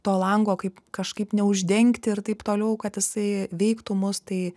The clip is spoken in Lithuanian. to lango kaip kažkaip neuždengti ir taip toliau kad jisai veiktų mus tai